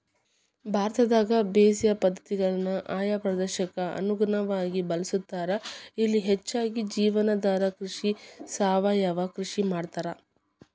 ಭಾರತದಾಗ ಬೇಸಾಯ ಪದ್ಧತಿಗಳನ್ನ ಆಯಾ ಪ್ರದೇಶಕ್ಕ ಅನುಗುಣವಾಗಿ ಬಳಸ್ತಾರ, ಇಲ್ಲಿ ಹೆಚ್ಚಾಗಿ ಜೇವನಾಧಾರ ಕೃಷಿ, ಸಾವಯವ ಕೃಷಿ ಮಾಡ್ತಾರ